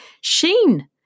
Sheen